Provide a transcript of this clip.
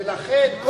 ולכן,